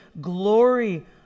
glory